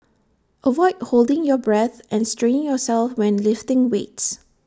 avoid holding your breath and straining yourself when lifting weights